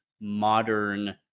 modern